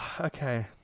Okay